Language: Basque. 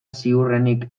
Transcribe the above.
ziurrenik